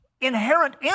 inherent